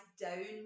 down